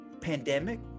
pandemic